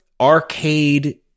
arcade